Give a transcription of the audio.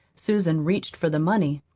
susan reached for the money.